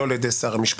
לא על ידי שר המשפטים.